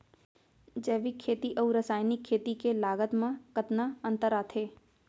जैविक खेती अऊ रसायनिक खेती के लागत मा कतना अंतर आथे?